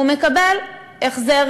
הוא מקבל החזר